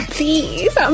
Please